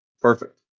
perfect